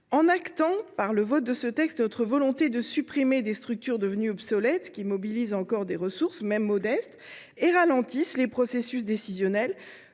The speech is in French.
En actant par son adoption notre volonté de supprimer des structures devenues obsolètes qui mobilisent encore des ressources, même modestes, et qui ralentissent les processus décisionnels,